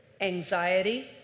anxiety